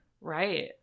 Right